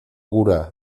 cura